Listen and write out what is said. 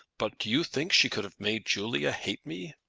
but do you think she could have made julia hate me?